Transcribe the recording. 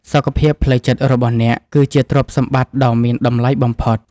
សុខភាពផ្លូវចិត្តរបស់អ្នក គឺជាទ្រព្យសម្បត្តិដ៏មានតម្លៃបំផុត។